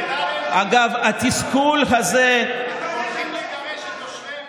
אגב, התסכול הזה, אתם הולכים לגרש את תושבי אביתר?